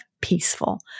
peaceful